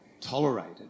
tolerated